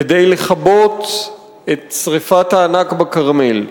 כדי לכבות את שרפת הענק בכרמל,